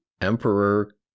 Emperor